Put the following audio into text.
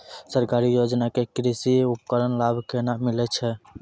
सरकारी योजना के कृषि उपकरण लाभ केना मिलै छै?